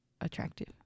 attractive